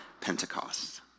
Pentecost